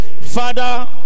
Father